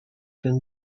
can